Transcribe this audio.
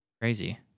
Crazy